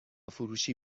فروشی